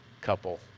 couple